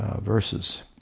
Verses